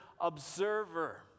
observer